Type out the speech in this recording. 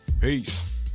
Peace